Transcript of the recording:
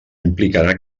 implicarà